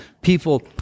people